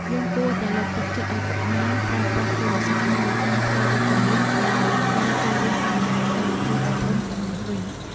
យើងគួរតែលើកទឹកចិត្តឱ្យកុមារប្រើប្រាស់ទូរស័ព្ទដៃក្នុងផ្លូវវិជ្ជមានដោយការចូលរៀនតាមរយៈកម្មវិធីអប់រំទាំងនេះវិញ។